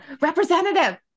representative